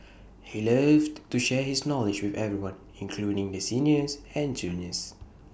he loved to share his knowledge with everyone including the seniors and juniors